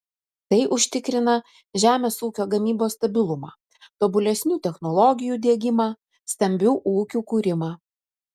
tai užtikrina žemės ūkio gamybos stabilumą tobulesnių technologijų diegimą stambių ūkių kūrimą